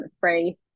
free